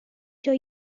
show